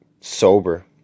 sober